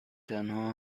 تنها